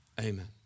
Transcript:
Amen